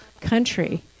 country